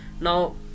Now